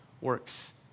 works